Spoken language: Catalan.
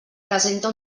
presenta